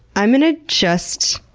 i'm gonna just